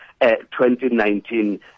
2019